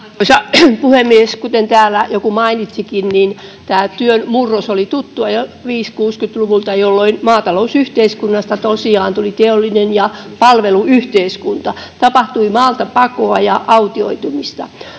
puhemies! Kuten täällä joku mainitsikin, työn murros oli tuttua jo 50—60-luvuilla, jolloin maatalousyhteiskunnasta tosiaan tuli teollinen ja palveluyhteiskunta, tapahtui maaltapakoa ja autioitumista.